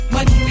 Money